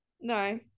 No